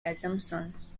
assumptions